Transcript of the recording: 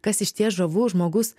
kas išties žavu žmogus